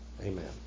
amen